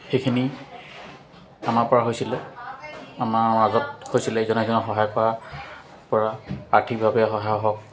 সেইখিনি আমাৰ পৰা হৈছিলে আমাৰ মাজত হৈছিলে এজনে এজনে সহায় কৰা পৰা আৰ্থিকভাৱে সহায় হওক